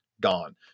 gone